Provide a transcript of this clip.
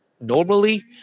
Normally